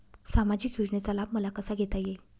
सामाजिक योजनेचा लाभ मला कसा घेता येईल?